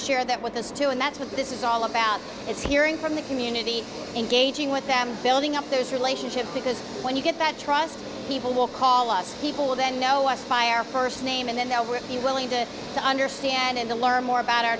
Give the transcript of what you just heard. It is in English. share that with us too and that's what this is all about is hearing from the community and aging with them building up those relationships because when you get that trust people will call us people will then know us by our first name and then they'll will be willing to understand and to learn more about our